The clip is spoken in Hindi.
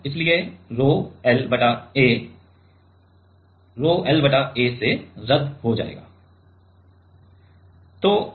अब इसलिएरोह 𝛒 L बटा A रोह 𝛒 L बटा A रद्द हो जाएगा